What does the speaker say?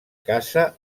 casa